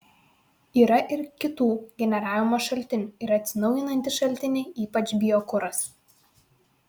yra ir kitų generavimo šaltinių yra atsinaujinantys šaltiniai ypač biokuras